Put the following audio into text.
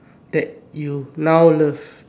that you now love